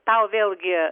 tau vėlgi